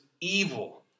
evil